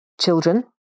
children